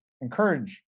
encourage